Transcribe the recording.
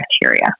bacteria